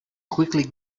quickly